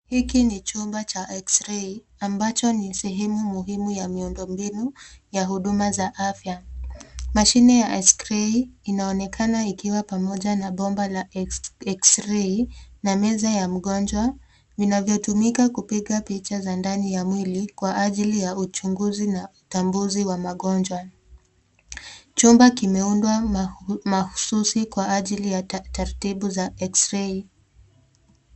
Hiki ni chumba cha X-ray ambacho ni sehemu muhimu ya miundombinu ya huduma za afya. Mashine ya X-ray inaonekana ikiwa pamoja na bomba la X-ray na meza ya mgonjwa vinavyotumika kupiga picha za ndani ya mwili kwa ajili ya uchunguzi na utambuzi wa magonjwa. Chuma kimeundwa mahususi kwa ajili ya taratibu za X-ray .